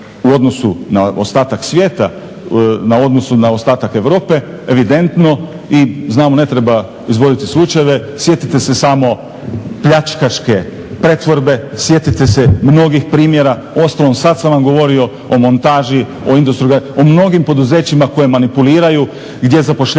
u odnosu na ostatak svijeta, u odnosu na ostatak Europe evidentno. I znam ne treba izvoditi slučajeve, sjetite se samo pljačkaške pretvorbe, sjetite se mnogih primjera. Uostalom sad sam vam govorio o "Montaži", o "Industrogradnji", o mnogim poduzećima koje manipuliraju, gdje zapošljavaju